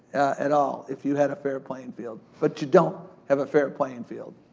at all, if you had a fair playing field. but you don't have a fair playing field.